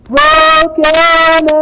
Broken